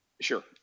Sure